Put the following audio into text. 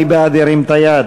מי בעד, ירים את היד.